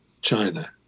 China